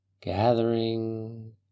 gathering